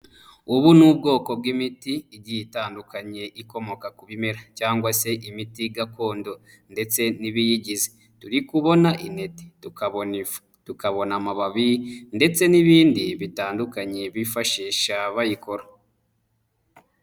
Ubu ni ubwoko bw'imiti igiye itandukanye ikomoka ku bimera cyangwa se imiti gakondo ndetse n'ibiyigize, turi kubona inete, tukabona amababi ndetse n'ibindi bitandukanye bifashisha bayikora.